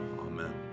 amen